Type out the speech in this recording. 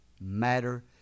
matter